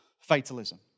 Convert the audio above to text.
fatalism